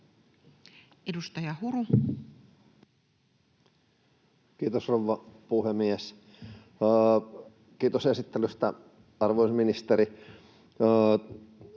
Edustaja Huru. Kiitos, rouva puhemies! Kiitos esittelystä, arvoisa ministeri.